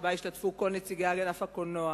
שבה השתתפו כל נציגי ענף הקולנוע,